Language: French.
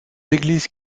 églises